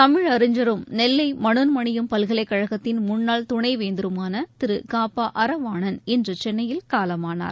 தமிழறிஞரும் நெல்வைமனோன்மணியம் பல்கலைக்கழகத்தின் முன்னாள் துணைவேந்தருமானதிரு க ப அறவாணன் இன்றுசென்னையில் காலமானார்